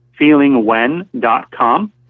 feelingwhen.com